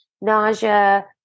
nausea